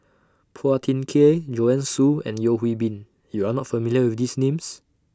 Phua Thin Kiay Joanne Soo and Yeo Hwee Bin YOU Are not familiar with These Names